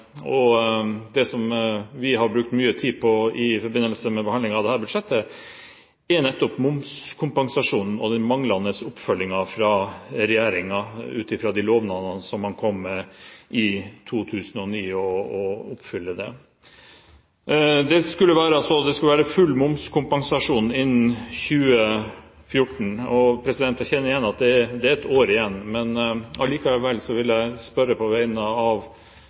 og det som vi har brukt mye tid på i forbindelse med behandlingen av dette budsjettet, er nettopp momskompensasjonen og den manglende oppfølgingen fra regjeringen ut fra de lovnadene som man kom med i 2009. Det var slik at det skulle være full momskompensasjon innen 2014. Jeg vet at det er et år igjen, men allikevel vil jeg på vegne av